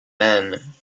men